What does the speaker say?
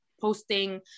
posting